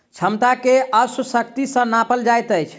क्षमता के अश्व शक्ति सॅ नापल जाइत अछि